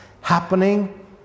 happening